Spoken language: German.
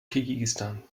kirgisistan